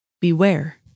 Beware